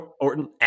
Orton